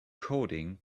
coding